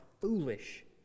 foolish